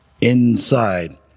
inside